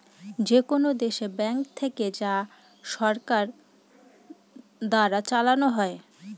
যেকোনো দেশে ব্যাঙ্ক থাকে যা সরকার দ্বারা চালানো হয়